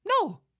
No